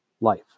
life